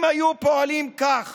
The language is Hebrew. אם היו פועלים כך